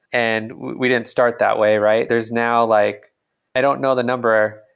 and we didn't start that way, right? there is now like i don't know the number.